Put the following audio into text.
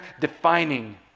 defining